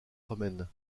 romaine